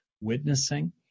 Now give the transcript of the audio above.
witnessing